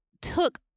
took